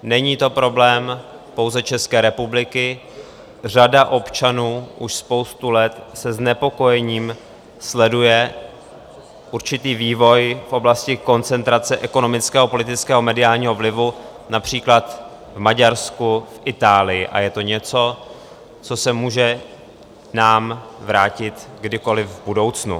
Není to problém pouze České republiky, řada občanů už spoustu let se znepokojením sleduje určitý vývoj v oblasti koncentrace ekonomického, politického, mediálního vlivu například v Maďarsku, Itálii, a je to něco, co se nám může vrátit kdykoliv v budoucnu.